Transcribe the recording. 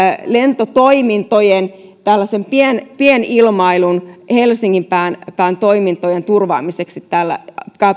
lentotoimintojen ja pienilmailun helsingin pään pään toimintojen turvaamiseksi tällä